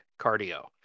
cardio